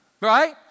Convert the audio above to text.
Right